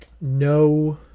no